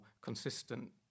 consistent